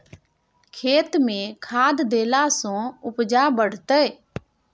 खेतमे खाद देलासँ उपजा बढ़तौ